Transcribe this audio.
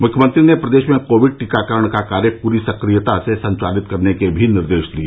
मुख्यमंत्री ने प्रदेश में कोविड टीकाकरण का कार्य पूरी सक्रियता से संचालित करने के भी निर्देश दिए